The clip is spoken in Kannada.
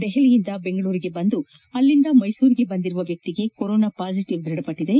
ದೆಹಲಿಯಿಂದ ಬೆಂಗಳೂರಿಗೆ ಬಂದು ಅಲ್ಲಿಂದ ಮೈಸೂರಿಗೆ ಬಂದಿರುವ ವ್ಯಕ್ತಿಗೆ ಕೊರೊನಾ ಪಾಸಿಟವ್ ದ್ವಢಪಟ್ಟದೆ